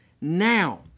now